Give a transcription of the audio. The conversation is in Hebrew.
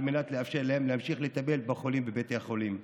מנת לאפשר להם להמשיך לטפל בחולים בביתי החולים.